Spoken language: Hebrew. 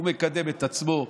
הוא מקדם את עצמו,